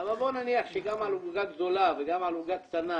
אבל בואו נניח שגם על עוגה גדולה וגם על עוגה קטנה,